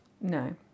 No